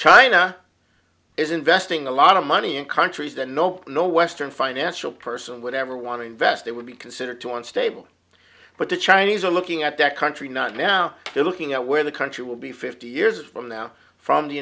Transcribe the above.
china is investing a lot of money in countries the nope no western financial person would ever want to invest it would be considered too unstable but the chinese are looking at that country not now looking at where the country will be fifty years from now from the